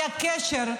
אנחנו יודעים.